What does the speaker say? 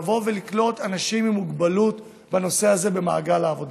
לבוא ולקלוט אנשים עם מוגבלות במעגל העבודה.